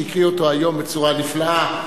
שהקריא אותו היום בצורה נפלאה,